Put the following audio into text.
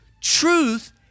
truth